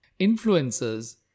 Influencers